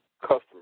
customers